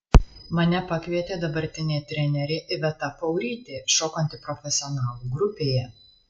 mane pakvietė dabartinė trenerė iveta paurytė šokanti profesionalų grupėje